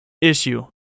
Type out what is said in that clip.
issue